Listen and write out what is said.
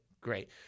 great